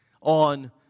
on